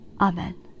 Amen